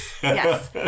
Yes